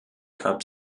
cup